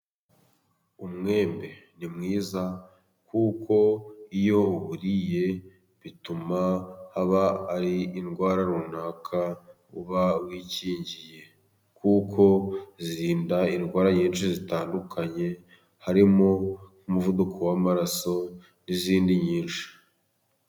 Umwembe ni mwiza kuko iyo uwuriye bituma haba hari indwara runaka uba wikingiye, kuko irinda indwara nyinshi zitandukanye harimo umuvuduko w'amaraso n'izindi nyinshi.